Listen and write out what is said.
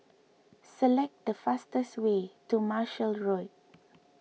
select the fastest way to Marshall Road